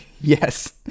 Yes